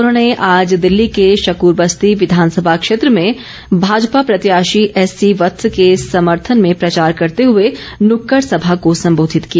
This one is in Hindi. उन्होंने आज दिल्ली के शक्रबस्ती विधानसभा क्षेत्र में भाजपा प्रत्याशी एससी वत्स के समर्थन में प्रचार करते हुए नुक्कड़ सभा को संबोधित किया